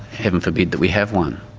heaven forbid that we have one.